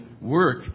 work